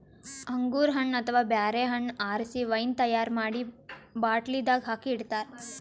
ಅಂಗೂರ್ ಹಣ್ಣ್ ಅಥವಾ ಬ್ಯಾರೆ ಹಣ್ಣ್ ಆರಸಿ ವೈನ್ ತೈಯಾರ್ ಮಾಡಿ ಬಾಟ್ಲಿದಾಗ್ ಹಾಕಿ ಇಡ್ತಾರ